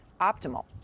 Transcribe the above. optimal